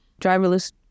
driverless